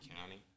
County